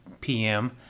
PM